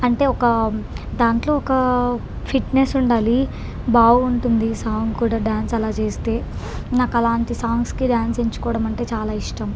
అంటే ఒక దాంట్లో ఒక ఫిట్నెస్ ఉండాలి బాగుంటుంది సాంగ్ కూడా డ్యాన్స్ అలా చేస్తే నాకలాంటి సాంగ్స్కి డ్యాన్స్ ఎంచుకోవడమంటే చాలా ఇష్టం